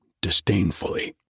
disdainfully